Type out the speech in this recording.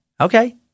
Okay